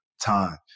time